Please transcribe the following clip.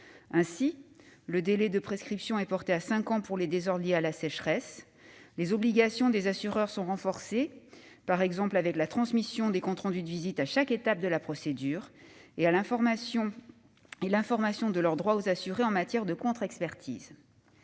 Ainsi, le délai de prescription est porté à cinq ans pour les désordres liés à la sécheresse. Les obligations des assureurs sont renforcées, avec par exemple la transmission des comptes rendus de visite à chaque étape de la procédure et l'information apportée aux assurés quant à leurs droits en matière de contre-expertise.